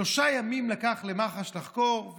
שלושה ימים לקח למח"ש לחקור,